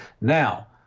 Now